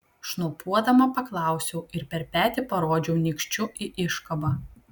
šnopuodama paklausiau ir per petį parodžiau nykščiu į iškabą